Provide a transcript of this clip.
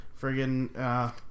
Friggin